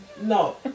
No